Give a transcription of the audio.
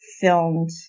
filmed